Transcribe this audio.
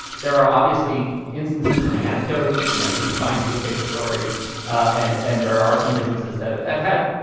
there are obviously instances and anecdotes. you know, you can find newspaper stories and and there are some businesses that have had,